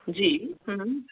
جی ہوں